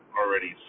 already